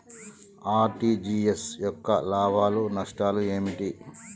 RTGS యొక్క లాభాలు నష్టాలు ఏమిటి?